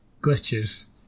glitches